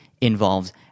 involves